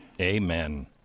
Amen